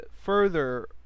further